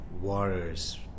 waters